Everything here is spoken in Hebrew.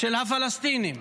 של הפלסטינים.